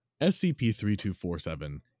SCP-3247